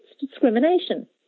discrimination